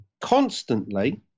constantly